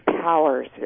Powers